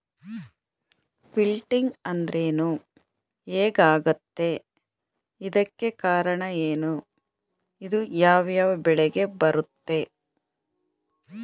Wilting ಅಂದ್ರೇನು? ಹೆಗ್ ಆಗತ್ತೆ? ಇದಕ್ಕೆ ಕಾರಣ ಏನು? ಇದು ಯಾವ್ ಯಾವ್ ಬೆಳೆಗೆ ಬರುತ್ತೆ?